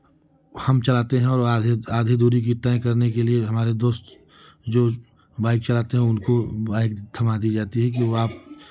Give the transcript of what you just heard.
हम चलाते हैं और आधे दूरी आधी दूरी तय करने के लिए हमारे दोस्त जो बाइक चलाते हैं उनको बाइक थमा दी जाती है कि अब आप